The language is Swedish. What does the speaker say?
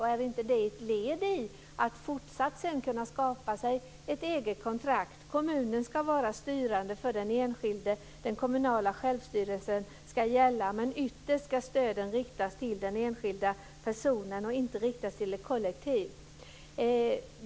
Och är inte det ett led i att fortsatt sedan kunna skaffa sig ett eget kontrakt? Kommunen ska vara styrande för den enskilde. Den kommunala självstyrelsen ska gälla, men ytterst ska stöden riktas till den enskilda personen - inte till ett kollektiv.